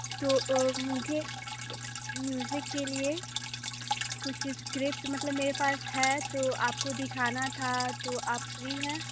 तो मुझे म्यूज़िक के लिए कुछ स्क्रिप्ट मतलब मेरे पास है तो आपको दिखाना था तो आप फ़्री है